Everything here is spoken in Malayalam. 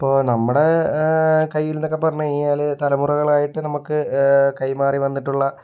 ഇപ്പോൾ നമ്മുടെ കയ്യിൽ എന്നൊക്കെ പറഞ്ഞ് കഴിഞ്ഞാല് തലമുറകളായിട്ട് നമ്മൾക്ക് കൈമാറി വന്നിട്ടുള്ള